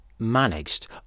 Managed